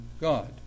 God